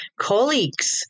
colleagues